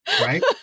Right